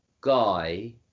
guy